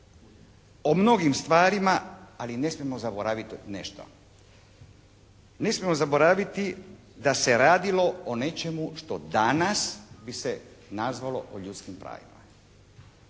o mnogim stvarima ali ne smijemo zaboraviti nešto. Ne smijemo zaboraviti da se radilo o nečemu što danas bi se nazvalo o ljudskim pravima.